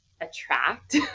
attract